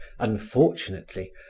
unfortunately,